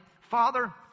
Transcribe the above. Father